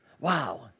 wow